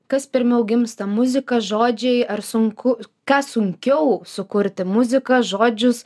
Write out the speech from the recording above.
kas pirmiau gimsta muzika žodžiai ar sunku ką sunkiau sukurti muziką žodžius